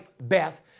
Beth